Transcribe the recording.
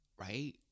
right